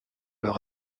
leur